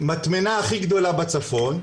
מטמנה הכי גדולה בצפון.